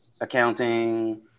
Accounting